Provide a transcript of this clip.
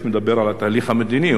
מדבר על התהליך המדיני.